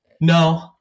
No